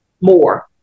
more